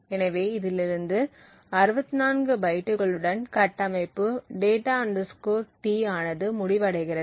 எனவே இதிலிருந்து 64 பைட்டுகளுடன் கட்டமைப்பு data T ஆனது முடிவடைகிறது